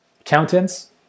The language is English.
Accountants